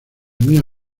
mia